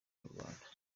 rwanda